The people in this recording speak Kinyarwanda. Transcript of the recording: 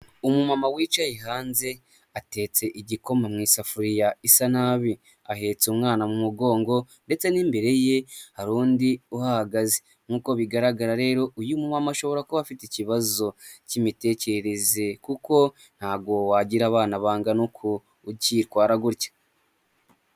Umumama wicaye hanze atetse igikoma mu isafuriya isa nabi, ahetse umwana mu mugongo ndetse n'imbere ye hari undi uhahagaze, nk'uko bigaragara rero uyu mumama ashobora kuba afite ikibazo cy'imitekerereze kuko ntago wagira abana bangana uku ucyitwara gutya.